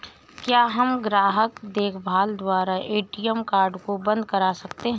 क्या हम ग्राहक देखभाल द्वारा ए.टी.एम कार्ड को बंद करा सकते हैं?